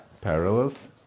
parallels